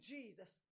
Jesus